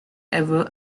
ever